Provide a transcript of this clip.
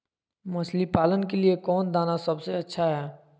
मछली पालन के लिए कौन दाना सबसे अच्छा है?